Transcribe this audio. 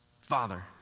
Father